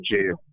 Jail